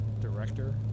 director